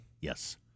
Yes